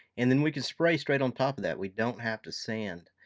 and then we can spray straight on top of that. we don't have to sand.